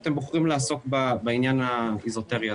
אתם בוחרים לעסוק בעניין האזוטרי הזה.